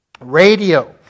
Radio